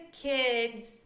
kids